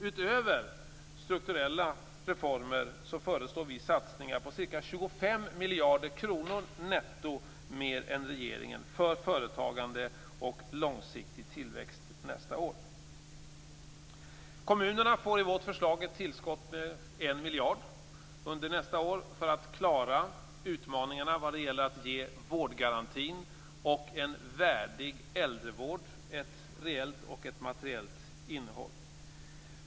Utöver strukturella reformer föreslår vi satsningar på ca 25 miljarder kronor netto mer än regeringen för företagande och långsiktig tillväxt nästa år. I vårt förslag får kommunerna ett tillskott med en miljard under nästa år för att klara utmaningarna vad gäller att ge vårdgarantin och en värdig äldrevård ett reellt och materiellt innehåll.